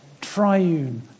triune